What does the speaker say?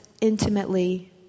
intimately